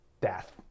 death